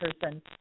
person